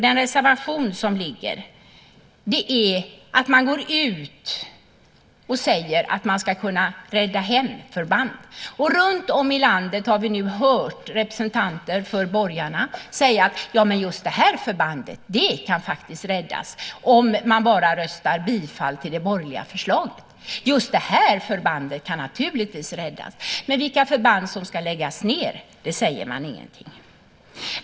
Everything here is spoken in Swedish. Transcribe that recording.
Den reservation som föreligger är att man går ut och säger att man ska kunna rädda förband. Runtom i landet har vi nu hört representanter för borgarna säga: Men just det här förbandet kan faktiskt räddas om man bara röstar för det borgerliga förslaget. Just det här förbandet kan naturligtvis räddas. Men vilka förband som ska läggas ned säger man ingenting om.